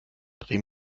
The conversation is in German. dreh